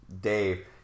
Dave